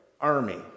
army